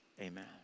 Amen